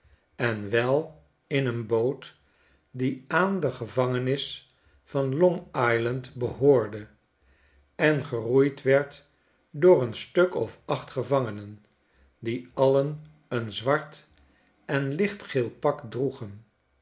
en wel in een boot die aan de gevangenis van long island behoorde en geroeid werd door een stuk of acht gevangenen die alien een zwart en lichtgeel pak droegen